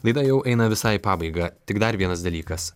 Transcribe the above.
laida jau eina visai pabaigą tik dar vienas dalykas